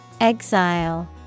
Exile